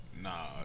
Nah